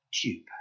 tube